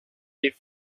des